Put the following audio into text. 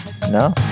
no